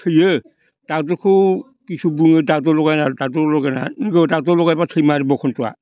थैयो डाक्टरखौ खिसु बुङो ड'क्टर लगाय नाङा ड'क्टर लगाय नाङा नंगौ ड'क्टर लागायब्ला थैमारो बखनथ'आ